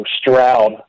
Stroud